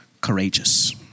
courageous